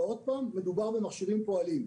ועוד פעם: מדובר במכשירים פועלים.